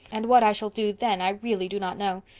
and what i shall do then i really do not know.